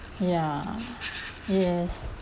ya yes